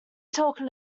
talking